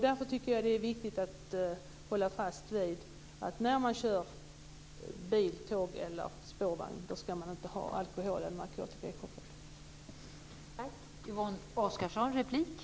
Därför tycker jag att det är viktigt att hålla fast vid att man inte skall ha alkohol eller narkotika i kroppen när man kör bil, tåg eller spårvagn.